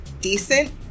decent